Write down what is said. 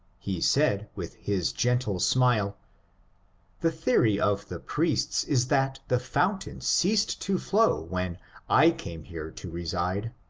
he said, with his gentle smile the theory of the priests is that the fountain ceased to flow when i came here to reside.